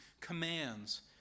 commands